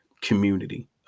community